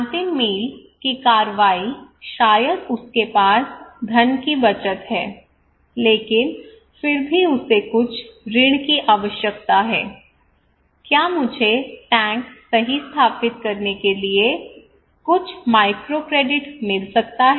अंतिम मील की कार्रवाई शायद उसके पास धन की बचत है लेकिन फिर भी उसे कुछ ऋण की आवश्यकता है क्या मुझे टैंक सही स्थापित करने के लिए कुछ माइक्रोक्रेडिट मिल सकता है